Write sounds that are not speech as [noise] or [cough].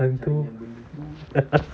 hantu [laughs]